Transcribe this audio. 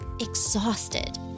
exhausted